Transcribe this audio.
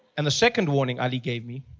and the second warning ali gave me,